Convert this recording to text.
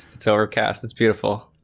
it's our cast. that's beautiful.